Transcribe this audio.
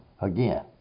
Again